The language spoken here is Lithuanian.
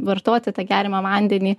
vartoti tą geriamą vandenį